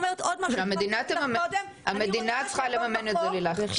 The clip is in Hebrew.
המדינה צריכה לממן את זה, לילך.